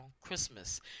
Christmas